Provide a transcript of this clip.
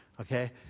okay